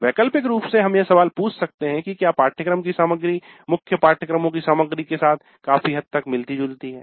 वैकल्पिक रूप से हम यह सवाल पूछ सकते हैं कि क्या पाठ्यक्रम की सामग्री मुख्य पाठ्यक्रमों की सामग्री के साथ काफी हद तक मिलती जुलती है